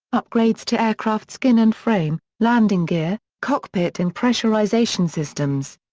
upgrades to aircraft skin and frame, landing gear, cockpit and pressurization systems.